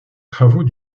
travaux